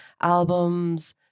albums